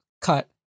cut